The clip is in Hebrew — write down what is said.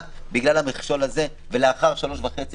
בגלל המכשול הזה ולאחר שלוש שנים וחצי,